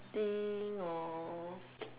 acting or